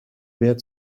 wehr